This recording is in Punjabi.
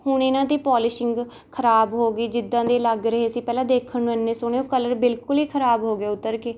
ਹੁਣ ਇਨ੍ਹਾਂ ਦੀ ਪੋਲੇਸ਼ਿੰਗ ਖਰਾਬ ਹੋ ਗਈ ਜਿੱਦਾਂ ਦੇ ਲੱਗ ਰਹੇ ਸੀ ਪਹਿਲਾਂ ਦੇਖਣ ਨੂੰ ਐਨੇ ਸੋਹਣੇ ਉਹ ਕਲਰ ਬਿਲਕੁਲ ਹੀ ਖਰਾਬ ਹੋ ਗਏ ਉੱਤਰ ਕੇ